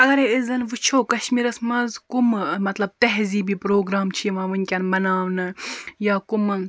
اَگَر أسۍ زَن وٕچھو کَشمیٖرَس مَنٛز کمہ مَطلَب تہذیٖبی پروگرام چھِ یِوان ونکٮ۪ن مَناونہٕ یا کَمَن